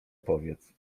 powiedz